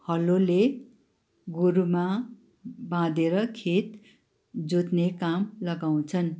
हलोले गोरुमा बाँधेर खेत जोत्ने काम लगाउँछन्